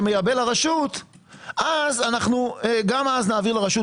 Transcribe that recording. שמייבא לרשות אז אנחנו גם אז נעביר לרשות.